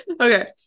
okay